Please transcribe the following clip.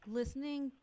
listening